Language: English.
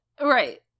Right